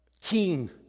King